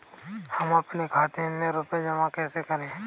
हम अपने खाते में रुपए जमा कैसे करें?